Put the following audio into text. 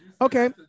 Okay